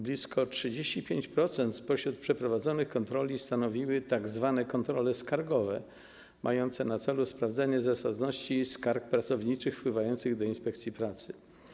Blisko 35% spośród przeprowadzonych kontroli stanowiły tzw. kontrole skargowe mające na celu sprawdzenie zasadności skarg pracowniczych wpływających do inspekcji pracy.